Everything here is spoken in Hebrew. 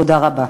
תודה רבה.